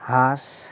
হাঁস